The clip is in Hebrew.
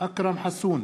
אכרם חסון,